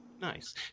nice